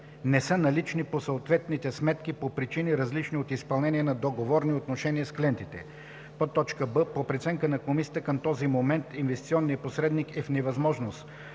не са налични по съответните сметки по причини, различни от изпълнение на договорни отношения с клиентите; б) по преценка на Комисията към този момент инвестиционният посредник е в невъзможност,